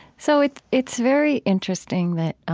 so it's it's very interesting that ah